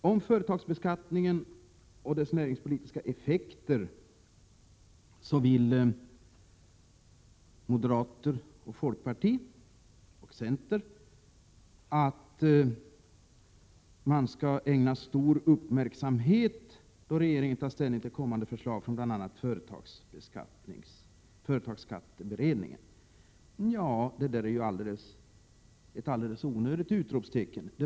Åt företagsbeskattningen och dess näringspolitiska effekter vill moderaterna, folkpartiet och centern att regeringen skall ägna stor uppmärksamhet då den tar ställning till kommande förslag från bl.a. företagsskatteberedningen. Det är ju ett alldeles onödigt utropstecken.